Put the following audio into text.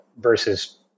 versus